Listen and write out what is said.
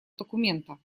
документа